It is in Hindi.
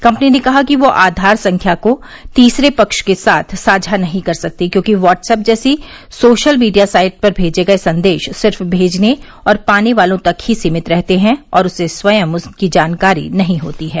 कम्पनी ने कहा कि वह आधार संख्या को तीसरे पक्ष के साथ साझा नहीं कर सकती क्योंकि वाट्सऐप जैसे सोशल मीडिया साइट पर भेजे गए संदेश सिर्फ़ भेजने और पाने वालों तक ही सीमित रहते हैं और उसे स्वयं उनकी जानकारी नहीं होती है